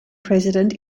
president